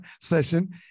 session